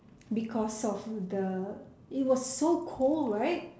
because of the it was so cold right